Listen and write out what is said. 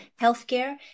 healthcare